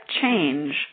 change